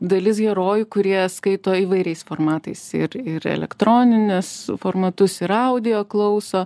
dalis herojų kurie skaito įvairiais formatais ir ir elektronines formatus ir audio klauso